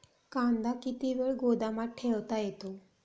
कांदा किती वेळ गोदामात ठेवता येतो?